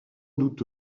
doute